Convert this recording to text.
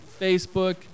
Facebook